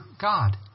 God